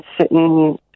sitting